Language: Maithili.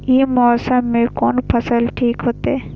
ई मौसम में कोन फसल ठीक होते?